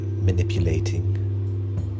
manipulating